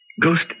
ghost